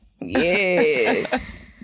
Yes